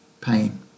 pain